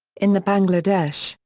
in the bangladesh,